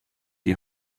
die